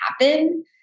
happen